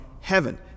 heaven